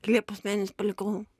liepos mėnesį palikau